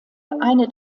eine